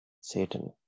Satan